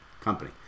company